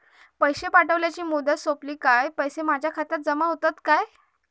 पैसे ठेवल्याची मुदत सोपली काय पैसे माझ्या खात्यात जमा होतात काय?